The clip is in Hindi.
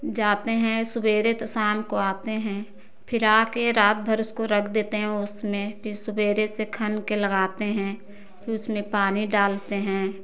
जाते हैं सवेरे तो शाम को आते हैं फिर आके रात भर उसको रख देते हैं उसमें फिर सवेरे से खनके लगाते हैं फिर उसमें पानी डालते हैं